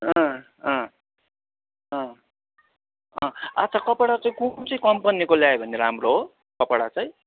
अँ अँ अँ अँ अच्छा कपडा चाहिँ कुन चाहिँ कम्पनीको ल्यायो भने राम्रो हो कपडा चाहिँ